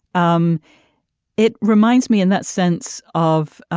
um it reminds me in that sense of